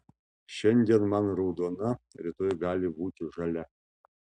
šiandien man raudona rytoj gali būti žalia